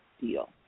deal